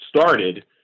started